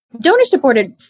Donor-supported